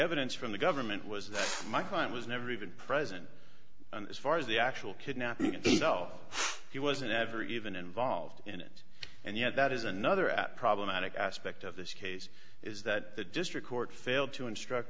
evidence from the government was that my client was never even present as far as the actual kidnapping even though he wasn't ever even involved in it and yet that is another at problematic aspect of this case is that the district court failed to instruct